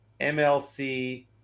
MLC